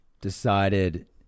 decided